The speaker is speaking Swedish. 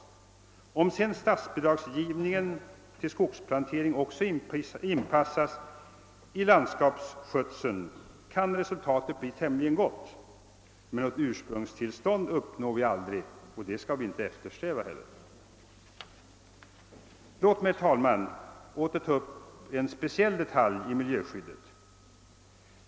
Om sedan statsbidragsgivningen till skogsplantering inpassas i landskapsskötseln, kan resultatet bli tämligen gott. Men något ursprungstillstånd uppnår vi aldrig, och det skall vi inte eftersträva heller. Låt mig, herr talman, åter ta upp en speciell detalj i miljöskyddet.